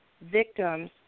victims